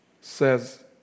Says